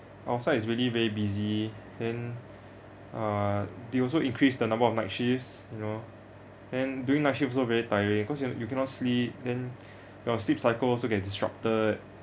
outside is really very busy then uh they also increased the number of night shifts you know then during night shift also very tiring cause you you cannot sleep then your sleep cycle also gets disrupted